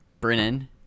Brennan